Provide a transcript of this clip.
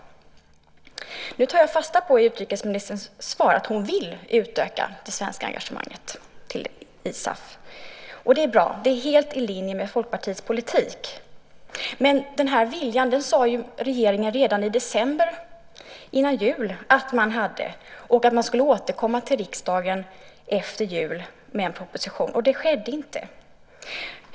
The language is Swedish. Jag tar fasta på utrikesministerns svar att hon vill utöka det svenska engagemanget till ISAF. Det är bra. Det är helt i linje med Folkpartiets politik. Men den viljan sade regeringen redan i december före jul att man hade. Man skulle återkomma till riksdagen efter jul med en proposition. Det skedde inte.